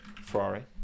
Ferrari